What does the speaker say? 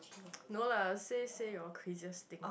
no lah say say your craziest thing